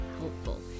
helpful